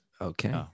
Okay